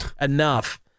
enough